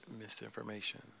Misinformation